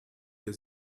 der